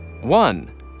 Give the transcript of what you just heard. One